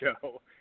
show